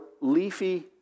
leafy